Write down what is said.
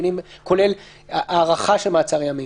כולל הארכה של מעצר ימים?